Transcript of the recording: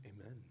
Amen